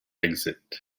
exit